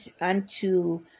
unto